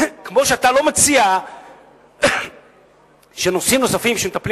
כמו שאתה לא מציע שנושאים נוספים של טיפול